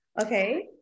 Okay